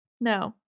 No